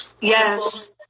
Yes